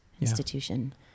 institution